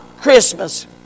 Christmas